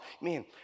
man